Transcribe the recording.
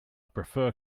prefer